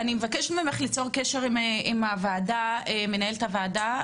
אני מבקשת ממך ליצור קשר עם מנהלת הוועדה,